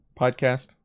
podcast